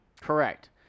Correct